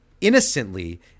innocently